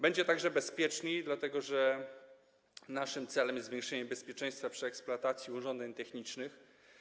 Będzie także bezpieczniej, dlatego że naszym celem jest zwiększenie bezpieczeństwa eksploatacji urządzeń technicznych.